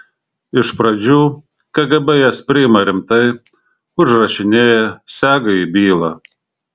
iš pradžių kgb jas priima rimtai užrašinėja sega į bylą